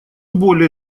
более